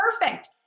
perfect